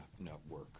network